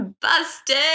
Busted